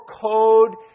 code